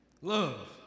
Love